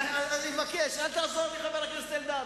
אני מבקש, אל תעזור לי, חבר הכנסת אלדד.